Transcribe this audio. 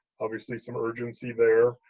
obviously some urgency there.